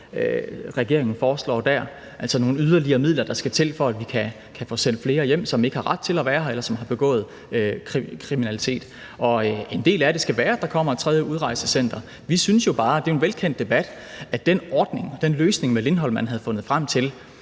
regeringen foreslår der, altså nogle yderligere midler, der skal til, for at vi kan få sendt flere hjem, som ikke har ret til at være her, eller som har begået kriminalitet. En del af det skal være, at der kommer et tredje udrejsecenter. Vi synes jo bare – og det er en velkendt debat – at den løsning med Lindholm, man havde fundet frem til,